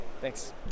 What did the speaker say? Thanks